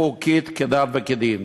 חוקית כדת וכדין.